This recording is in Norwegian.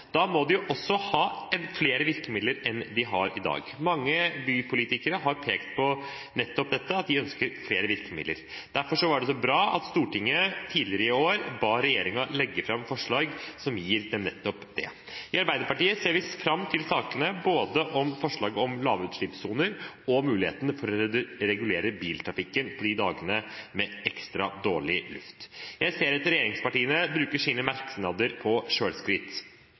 Da må de også ha flere virkemidler enn de har i dag. Mange bypolitikere har pekt på nettopp dette: at de ønsker flere virkemidler. Derfor var det så bra at Stortinget tidligere i år ba regjeringen legge fram forslag som gir dem nettopp det. I Arbeiderpartiet ser vi fram til sakene om forslag om lavutslippssoner og muligheten for å regulere biltrafikken på dagene med ekstra dårlig luft. Jeg ser at regjeringspartiene bruker sine merknader